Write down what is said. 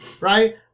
right